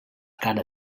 cara